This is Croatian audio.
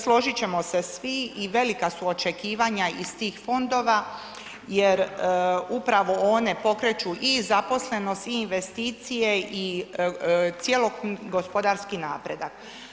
Složit ćemo se svi i velika su očekivanja iz tih fondova jer upravo one pokreću i zaposlenost i investicije i cjelokupni gospodarski napredak.